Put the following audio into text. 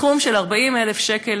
סכום של 40,000 שקל,